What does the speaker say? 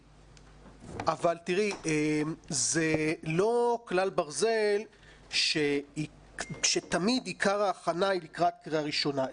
אבל זה לא כלל ברזל שתמיד עיקר ההכנה זה לקראת ההכנה הראשונה,